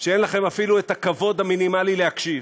שאין לכם אפילו הכבוד המינימלי להקשיב,